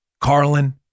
Carlin